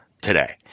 today